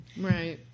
Right